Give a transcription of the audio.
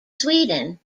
sweden